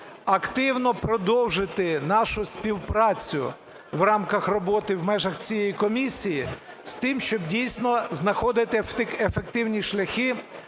активно продовжити нашу співпрацю в рамках роботи в межах цієї комісії з тим, щоб, дійсно, знаходити ефективні шляхи